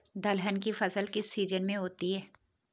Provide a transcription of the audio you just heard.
दलहन की फसल किस सीजन में होती है?